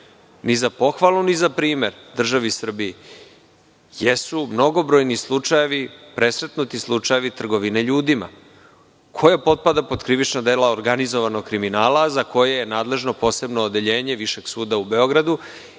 ni za pohvalu ni za primer državi Srbiji, jesu mnogobrojni slučajevi, presretnuti slučajevi trgovine ljudima, što potpada pod krivična dela organizovanog kriminala, za koje je nadležno posebno odeljenje Višeg suda u Beogradu